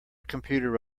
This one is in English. computer